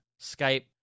Skype